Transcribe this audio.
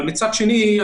אבל מצד שני,